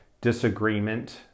disagreement